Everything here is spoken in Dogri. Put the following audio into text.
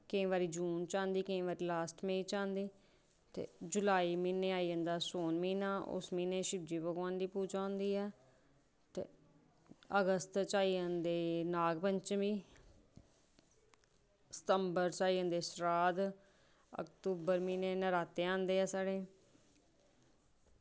केईं बारी जून च आंदी केईं बारी लॉस्ट मई च आंदी ते जुलाई म्हीनै आई जंदा सौन म्हीना उसलै आई जंदा ते उस म्हीनै शिवजी भगवान दी पूजा होंदी ऐ ते अगस्त च आई जंदे नागपंचमीं सतंबर च आई जंदे सराध अक्तूबर म्हीनै नराते आंदे साढ़े